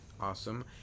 Awesome